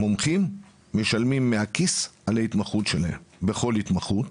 מומחים משלמים מהכיס על ההתמחות שלהם בכל התמחות,